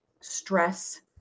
stress